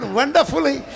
wonderfully